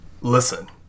Listen